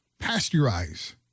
pasteurize